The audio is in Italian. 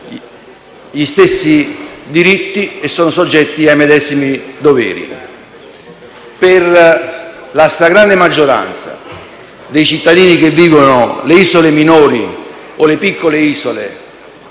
gli stessi diritti e sono soggetti ai medesimi doveri. Per la stragrande maggioranza dei cittadini che vivono nelle isole minori o nelle piccole isole